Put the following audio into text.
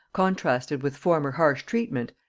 contrasted with former harsh treatment,